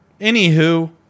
Anywho